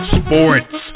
sports